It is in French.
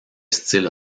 style